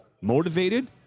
motivated